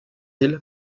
îles